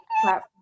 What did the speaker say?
platform